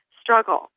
struggle